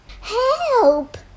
Help